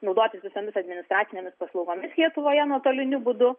naudotis visomis administracinėmis paslaugomis lietuvoje nuotoliniu būdu